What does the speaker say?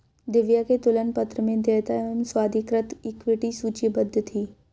दिव्या के तुलन पत्र में देयताएं एवं स्वाधिकृत इक्विटी सूचीबद्ध थी